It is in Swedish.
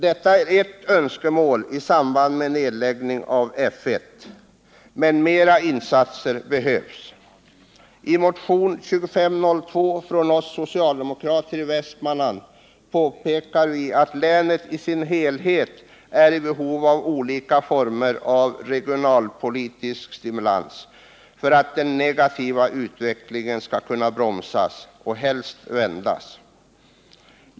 Detta är ett önskemål i samband med nedläggningen av F 1, men flera insatser behövs. I motionen 2502 från oss socialdemokrater i Västmanland påpekar vi att länet i sin helhet är i behov av olika former av regionalpolitisk stimulans för att den negativa utvecklingen skall kunna bromsas och helst vändas.